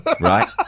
right